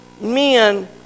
men